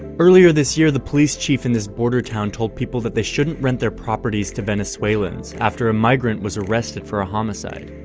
earlier this year, the police chief in this border town told people that they shouldn't rent their properties to venezuelans after a migrant was arrested for a homicide.